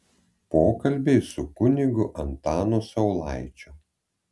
pokalbiai su kunigu antanu saulaičiu